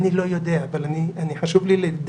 אני לא יודע, אבל חשוב לי לדקדק: